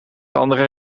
andere